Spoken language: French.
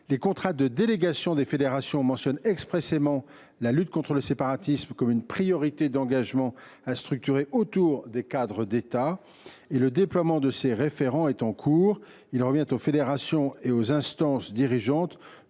Les contrats de délégation des fédérations mentionnent expressément la lutte contre le séparatisme comme une priorité d’engagement à structurer autour des cadres d’État. Le déploiement de ces référents est en cours. Il revient aux fédérations et aux instances dirigeantes